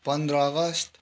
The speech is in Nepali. पन्ध्र अगस्ट